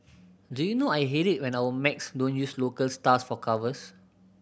do you know I hate it when our mags don't use local stars for covers